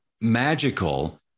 magical